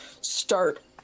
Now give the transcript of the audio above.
start